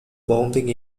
bombing